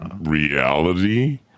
reality